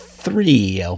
three